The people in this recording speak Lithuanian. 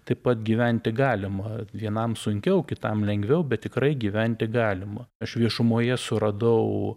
taip pat gyventi galima vienam sunkiau kitam lengviau bet tikrai gyventi galima aš viešumoje suradau